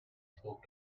spoke